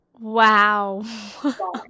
Wow